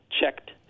checked